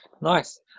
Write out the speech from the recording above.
Nice